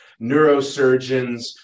neurosurgeons